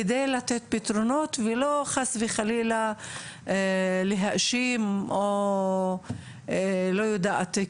כדי לתת פתרונות ולא חס וחלילה להאשים או לא יודעת,